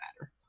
matter